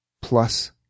plus